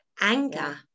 anger